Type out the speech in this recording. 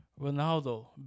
Ronaldo